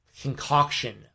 concoction